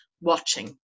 watching